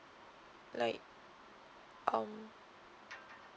like um